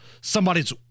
somebody's